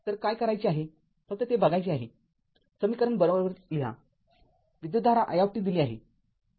तर काय करायचे आहे फक्त ते बघायचे आहेसमीकरण बरोबर लिहा विद्युतधारा i दिली आहे